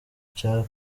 cya